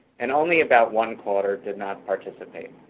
and only about one quarter did not participate.